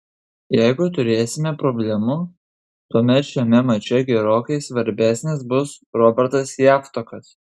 jeigu turėsime problemų tuomet šiame mače gerokai svarbesnis bus robertas javtokas